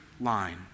line